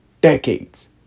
decades